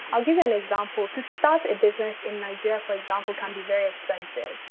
i'll give you an example. to start a business in nigeria, for example, can be very expensive.